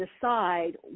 decide